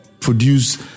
produce